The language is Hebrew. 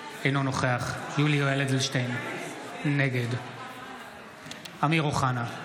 אינו נוכח יולי יואל אדלשטיין, נגד אמיר אוחנה,